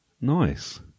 Nice